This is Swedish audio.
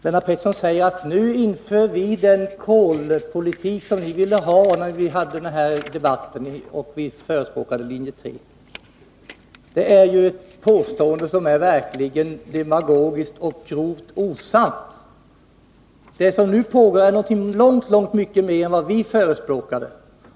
Lennart Pettersson säger: Nu inför vi den kolpolitik som ni ville ha när vi debatterade och ni förespråkade linje 3. Det påståendet är verkligen demagogiskt och grovt osant. Det som nu påbörjas är långt mer än vad vi förespråkade.